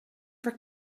for